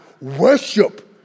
worship